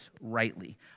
rightly